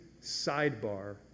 sidebar